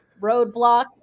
roadblock